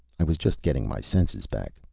i was just getting my senses back.